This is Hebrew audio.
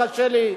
קשה לי,